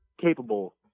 capable